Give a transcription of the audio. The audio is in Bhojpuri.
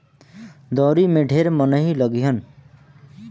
दँवरी में ढेर मनई लगिहन